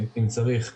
אם צריך,